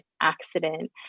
accident